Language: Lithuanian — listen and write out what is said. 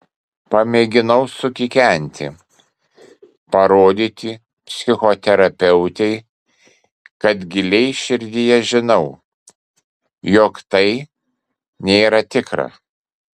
pamėginau sukikenti parodyti psichoterapeutei kad giliai širdyje žinau jog tai nėra tikra